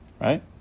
right